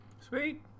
Sweet